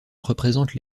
représente